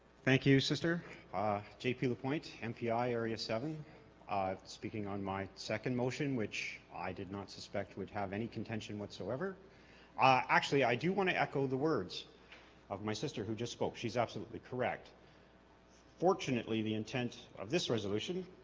thank you sister ah jp lapointe mpi area seven speaking on my second motion which i did not suspect would have any contention whatsoever ah actually i do want to echo the words of my sister who just spoke she's absolutely correct fortunately the intent of this resolution